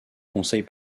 conseils